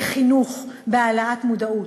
בחינוך, בהעלאת מודעות.